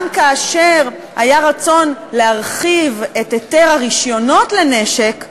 גם כאשר היה רצון להרחיב את מתן הרישיונות לנשק,